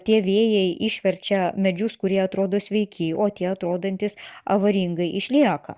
tie vėjai išverčia medžius kurie atrodo sveiki o tie atrodantys avaringai išlieka